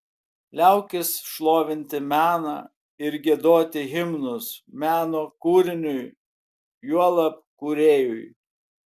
liaukis šlovinti meną ir giedoti himnus meno kūriniui juolab kūrėjui